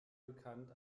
bekannt